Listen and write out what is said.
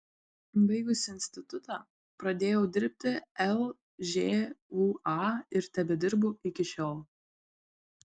baigusi institutą pradėjau dirbti lžūa ir tebedirbu iki šiol